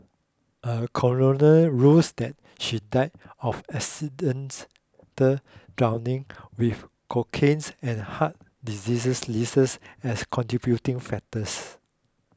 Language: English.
a coroner rules that she died of accidental drowning with cocaines and heart disease leases as contributing factors